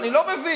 אני לא מבין.